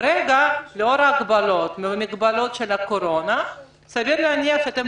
כרגע לאור ההגבלות של הקורונה סביר להניח שאתם